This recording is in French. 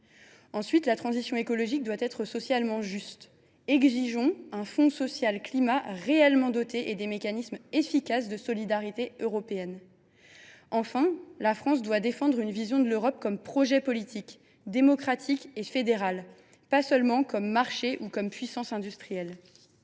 la transition écologique doit être socialement juste. Exigeons un fonds social climat réellement doté et des mécanismes efficaces de solidarité européenne ! Troisièmement, la France doit défendre une vision de l’Europe comme projet politique, démocratique et fédéral, et pas seulement comme marché ou puissance industrielle.